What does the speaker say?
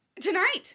tonight